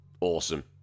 awesome